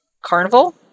Carnival